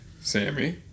Sammy